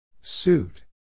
Suit